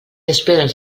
esperes